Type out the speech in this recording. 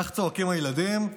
כך צועקים הילדים,